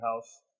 house